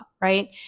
right